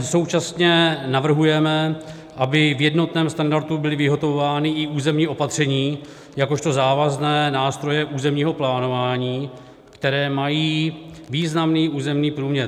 Současně navrhujeme, aby v jednotném standardu byla vyhotovována i územní opatření jakožto závazné nástroje územního plánování, které mají významný územní průměr.